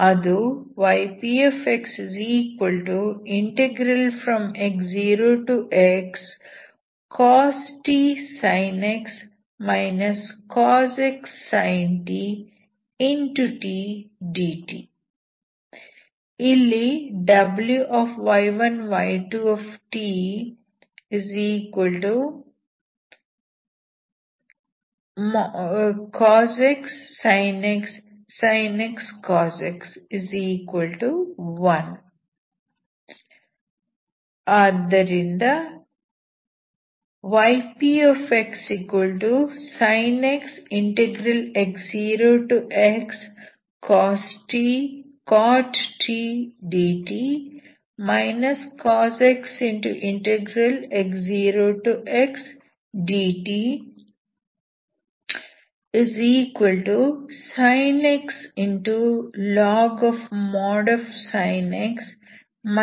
ಅದು ypxx0xcos t sin x cos x sin t cosec t dt ಇಲ್ಲಿ ಆದ್ದರಿಂದ ypxsinxx0xcot t dt cos xx0xdt sin x log |sin x | x cos x ಆಗಿದೆ